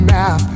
now